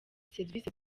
serivisi